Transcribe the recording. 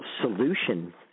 solution